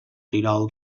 tirol